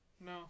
No